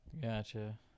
Gotcha